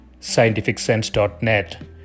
scientificsense.net